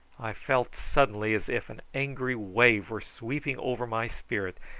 i felt suddenly as if an angry wave were sweeping over my spirit,